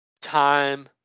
time